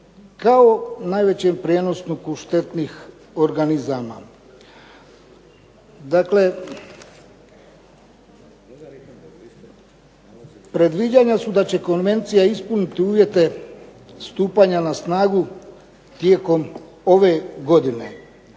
kao najvećem prijenosniku štetnih organizama. Dakle, predviđanja su da će konvencija ispuniti stupanja na snagu tijekom ove godine.